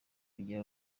kugira